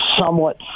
somewhat